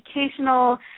educational